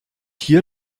hier